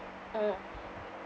mm